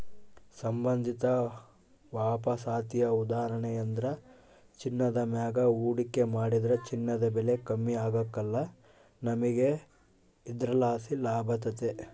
ಸಂಬಂಧಿತ ವಾಪಸಾತಿಯ ಉದಾಹರಣೆಯೆಂದ್ರ ಚಿನ್ನದ ಮ್ಯಾಗ ಹೂಡಿಕೆ ಮಾಡಿದ್ರ ಚಿನ್ನದ ಬೆಲೆ ಕಮ್ಮಿ ಆಗ್ಕಲ್ಲ, ನಮಿಗೆ ಇದರ್ಲಾಸಿ ಲಾಭತತೆ